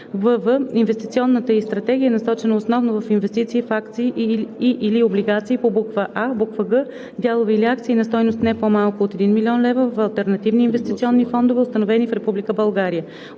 вв) инвестиционната им стратегия е насочена основно в инвестиции в акции и/или облигации по буква „а“; г) дялове или акции на стойност, не по-малка от 1 000 000 лв. в алтернативни инвестиционни фондове, установени в Република